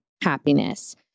happiness